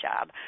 job